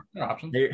options